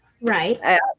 Right